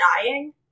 dying